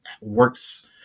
works